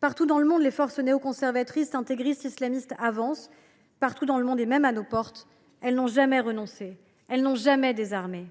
Partout dans le monde, les forces néoconservatrices, intégristes, islamistes, avancent. Partout dans le monde, et même à nos portes, elles n’ont jamais renoncé. Elles n’ont jamais désarmé.